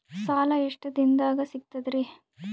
ಸಾಲಾ ಎಷ್ಟ ದಿಂನದಾಗ ಸಿಗ್ತದ್ರಿ?